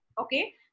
okay